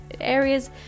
areas